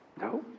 No